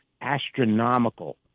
astronomical